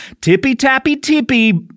Tippy-tappy-tippy